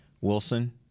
Wilson